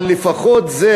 אבל לפחות זה,